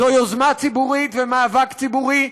זו יוזמה ציבורית ומאבק ציבורי.